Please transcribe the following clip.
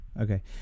Okay